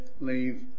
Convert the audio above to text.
leave